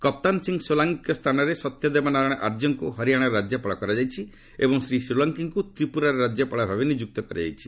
କପ୍ତାନ୍ ସିଂହ ସୋଲାଙ୍କିଙ୍କ ସ୍ଥାନରେ ସତ୍ୟଦେବ ନାରାୟଣ ଆର୍ଯ୍ୟଙ୍କ ହରିଆଣାର ରାଜ୍ୟପାଳ କରାଯାଇଛି ଏବଂ ଶ୍ରୀ ସୋଲାଙ୍କିଙ୍କୁ ତ୍ରିପୁରାର ରାଜ୍ୟପାଳ ଭାବେ ନିଯୁକ୍ତ କରାଯାଇଛି